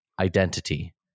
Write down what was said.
identity